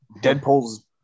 Deadpool's